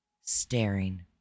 staring